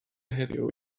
heddiw